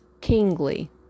kingly